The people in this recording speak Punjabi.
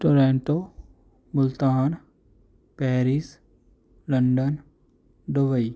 Toronto Multan Paris London Dubai